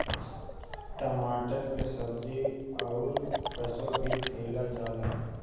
टमाटर के सब्जी अउर काचो भी खाएला जाला